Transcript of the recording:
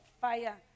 fire